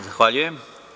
Zahvaljujem.